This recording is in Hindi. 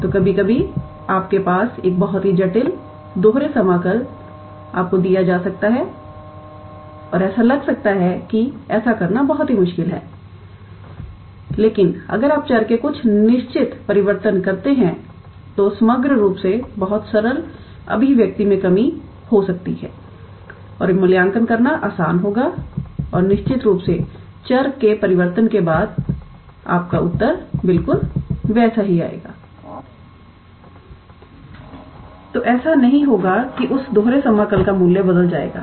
तो कभी कभी आपके पास एक बहुत ही जटिल दोहरे समाकल आपको दिया जा सकता है और ऐसा लग सकता है कि ऐसा करना बहुत मुश्किल है लेकिन अगर आप चर के कुछ निश्चित परिवर्तन करते हैं तो समग्र रूप से बहुत सरल अभिव्यक्ति में कमी हो सकती है और मूल्यांकन करना आसान होगा और निश्चित रूप से चर के परिवर्तन करने के बाद आपका उत्तर बिल्कुल वैसा ही रहेगा तो ऐसा नहीं होगा कि उस दोहरे समाकल का मूल्य बदल जाएगा